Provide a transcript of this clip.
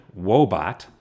Wobot